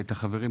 את החברים,